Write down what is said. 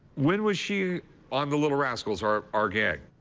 when was she on the little rascals or our gang?